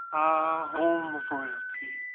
ah, home of royalty,